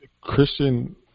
Christian